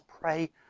pray